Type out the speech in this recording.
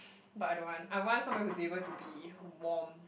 but I don't want I want someone who's able to be warm